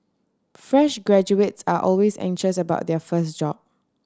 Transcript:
fresh graduates are always anxious about their first job